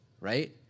right